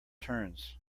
turns